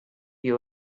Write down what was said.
you